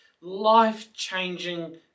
life-changing